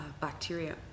bacteria